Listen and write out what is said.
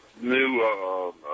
new